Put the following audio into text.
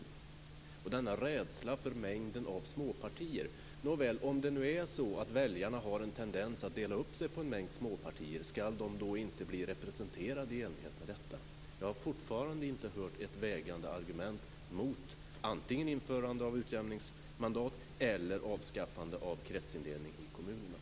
Jag förstår inte denna rädsla för mängden av småpartier. Nåväl, om nu väljarna har en tendens att dela upp sig på en mängd småpartier, skall de då inte bli representerade i enlighet med detta? Jag har fortfarande inte hört ett vägande argument mot antingen införande av utjämningsmandat eller avskaffande av kretsindelning i kommunerna.